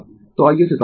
तो आइये इसे साफ करें